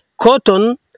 cotton